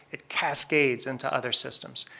it cascades into other systems.